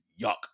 yuck